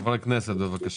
חבר הכנסת ינון אזולאי, בבקשה.